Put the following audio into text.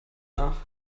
nach